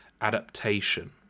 adaptation